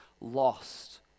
lost